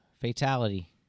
Fatality